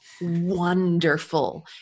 wonderful